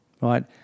right